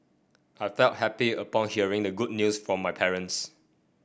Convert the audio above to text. I felt happy upon hearing the good news from my parents